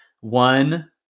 one